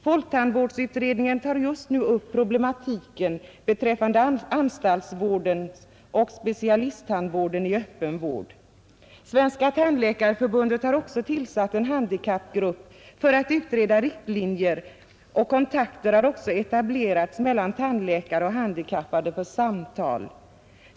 Folktandvårdsutredningen tar just nu upp problematiken beträffande anstaltsvården och specialisttandvården i öppen vård. Svenska tandläkaresällskapet har också tillsatt en handikappgrupp för att utarbeta riktlinjer, och kontakter har etablerats mellan tandläkare och handikappade för samtal.